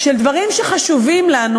של דברים שחשובים לנו,